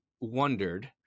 wondered